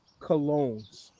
colognes